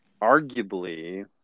arguably